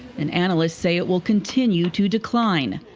and analysts say it will continue to decline.